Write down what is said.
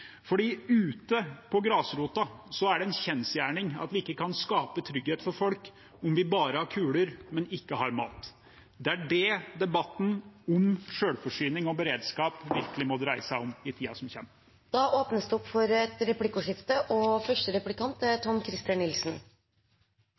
Ute på grasrota er det en kjensgjerning at vi ikke kan skape trygghet for folk om vi bare har kuler, men ikke har mat. Det er det debatten om selvforsyning og beredskap virkelig må dreie seg om i tiden som kommer. Det blir replikkordskifte. Representanten Nils Kristen Sandtrøen er